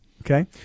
Okay